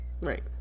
right